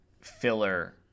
filler